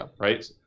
right